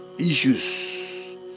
Issues